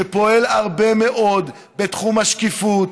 שפועל הרבה מאוד בתחום השקיפות,